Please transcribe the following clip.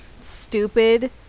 stupid